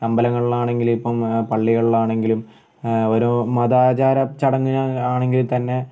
അമ്പലങ്ങളിലാണെങ്കിലും ഇപ്പം പള്ളികളിലാണെങ്കിലും ഓരോ മത ആചാര ചടങ്ങ് ആണെങ്കിൽ തന്നെ